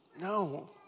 no